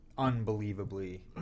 unbelievably